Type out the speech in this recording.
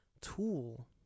tool